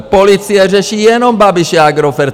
Policie řeší jenom Babiše a Agrofert!